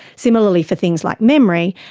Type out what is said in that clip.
similarly, for things like memory,